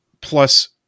plus